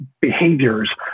behaviors